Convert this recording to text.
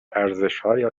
ارزشهای